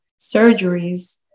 surgeries